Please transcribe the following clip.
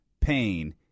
pain